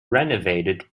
renovated